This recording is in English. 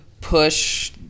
push